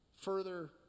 further